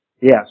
Yes